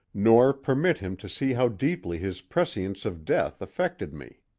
nor permit him to see how deeply his prescience of death affected me.